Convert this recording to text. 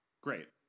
Great